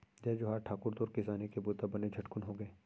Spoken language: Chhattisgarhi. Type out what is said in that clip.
जय जोहार ठाकुर, तोर किसानी के बूता बने झटकुन होगे?